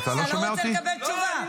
אתה לא רוצה לקבל תשובה.